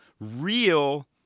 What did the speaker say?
Real